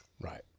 Right